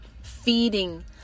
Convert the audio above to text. feeding